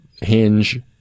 hinge